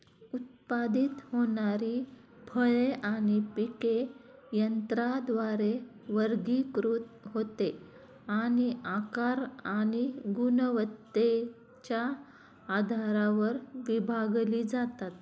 उत्पादित होणारी फळे आणि पिके यंत्राद्वारे वर्गीकृत होते आणि आकार आणि गुणवत्तेच्या आधारावर विभागली जातात